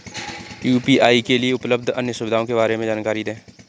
UPI के लिए उपलब्ध अन्य सुविधाओं के बारे में जानकारी दें?